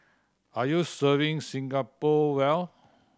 are you serving Singapore well